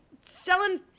selling